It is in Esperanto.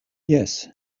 jes